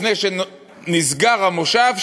לפני שנסגר המושב,